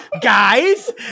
guys